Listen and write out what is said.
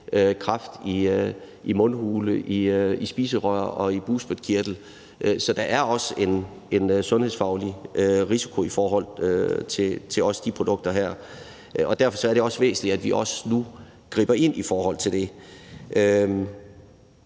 kræft i mundhule, spiserør og bugspytkirtel. Så der er også en sundhedsfaglig risiko i forhold til de her produkter. Derfor er det også væsentligt, at vi nu griber ind i forhold til det.